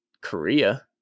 korea